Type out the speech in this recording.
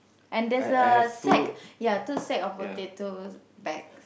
and there's a sack ya two sack of potatoes bag